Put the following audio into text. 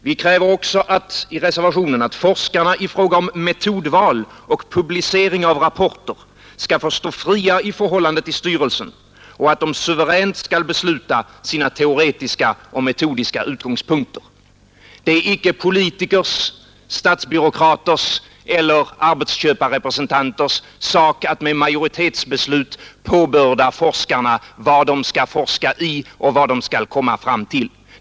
Vi kräver vidare i reservationen 2 att forskarna i fråga om metodval och publicering av rapporter skall få stå fria i förhållande till styrelsen och att de suveränt skall besluta sina teoretiska och metodiska utgångspunkter. Det är icke politikers, statsbyråkraters eller arbetsköparrepresentanters sak att med majoritetsbeslut påbörda forskarna vad de skall forska i och vad de skall komma fram till.